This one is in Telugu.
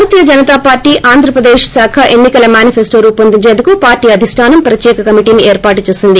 భారతీయ జనతా పార్లీ ఆంధ్రప్రదేశ్ శాఖ ఎన్ని కల మేనిఫెస్లో రూపొందించేందుకు పార్షీ అధిష్టానం ప్రత్యేక కమిటీని ఏర్పాటు చేసింది